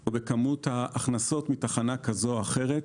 או בכמות ההכנסות מתחנה כזאת או אחרת,